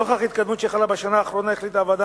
נוכח ההתקדמות שחלה בשנה האחרונה החליטה הוועדה